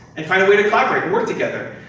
and find a way to collaborate, work together.